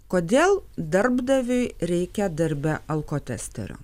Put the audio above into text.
kodėl darbdaviui reikia darbe alkotesterio